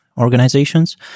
organizations